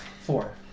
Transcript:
Four